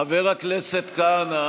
חבר הכנסת כהנא,